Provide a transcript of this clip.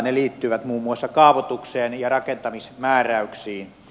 ne liittyvät muun muassa kaavoitukseen ja rakentamismääräyksiin